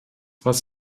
was